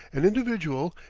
an individual,